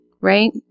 right